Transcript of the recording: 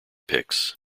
picks